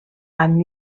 amb